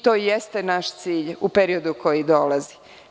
To jeste naš cilj u periodu koji dolazi.